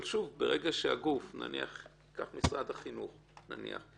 אבל שוב, ברגע שגוף ניקח את משרד החינוך למשל.